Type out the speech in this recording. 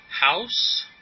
house